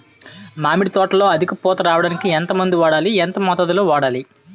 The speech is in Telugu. మామిడి తోటలో అధిక పూత రావడానికి ఎంత మందు వాడాలి? ఎంత మోతాదు లో వాడాలి?